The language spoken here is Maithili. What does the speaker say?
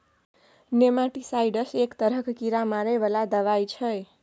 नेमाटीसाइडस एक तरहक कीड़ा मारै बला दबाई छै